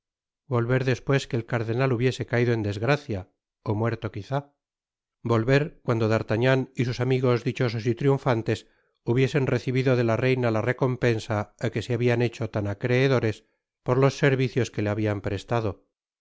volver despues que el cardenal hubiese caido en desgracia ó muerto quizá vol v er cuando d'artagnan y sus amigos dichosos y triunfantes hubiesen recibido de la reina la recompensa á que se habian hecho tan acreedores por los servicios que le habian prestado